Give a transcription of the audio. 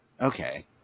okay